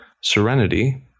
serenity